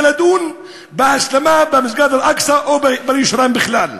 לדון בהסלמה במסגד אל-אקצא או בירושלים בכלל.